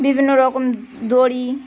বিভিন্ন রকম দড়ি